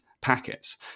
packets